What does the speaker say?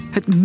Het